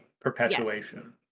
perpetuation